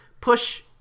push